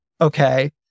okay